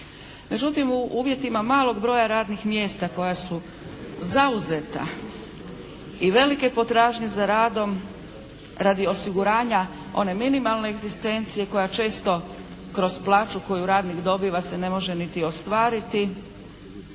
Međutim u uvjetima malog broja radnih mjesta koja su zauzeta i velike potražnje za radom radi osiguranja one minimalne egzistencije koja često kroz plaću koju radnik dobiva se ne može niti ostvariti